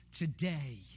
today